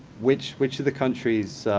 which which of the countries,